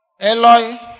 Eloi